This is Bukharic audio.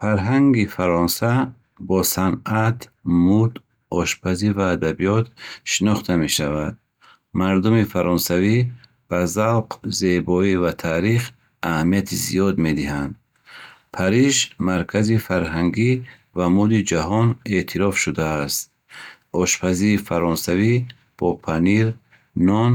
Фарҳанги Фаронса бо санъат, мӯд, ошпазӣ ва адабиёт шинохта мешавад. Мардуми фаронсавӣ ба завқ, зебоӣ ва таърих аҳамияти зиёд медиҳанд. Париж маркази фарҳангӣ ва мӯди ҷаҳон эътироф шудааст. Ошпазии фаронсавӣ бо панир, нон